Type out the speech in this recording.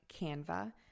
Canva